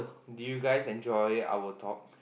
did you guys enjoy our talk